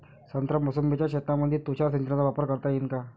संत्रा मोसंबीच्या शेतामंदी तुषार सिंचनचा वापर करता येईन का?